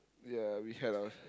ya we had our